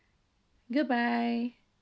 goodbye